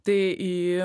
tai į